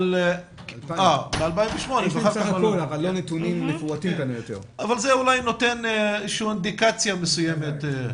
אבל זה נותן איזה שהיא אינדיקציה מסוימת,